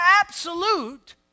absolute